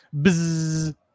Bzzz